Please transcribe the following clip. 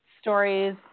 stories